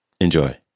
Enjoy